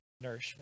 nourishment